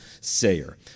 sayer